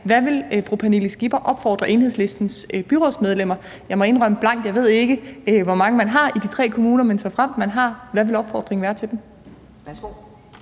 Hvad ville fru Pernille Skipper opfordre Enhedslistens byrådsmedlemmer til? Jeg må blankt indrømme, at jeg ikke ved, hvor mange man har i de tre kommuner, men såfremt man har nogle, hvad ville opfordringen så være til dem?